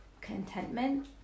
contentment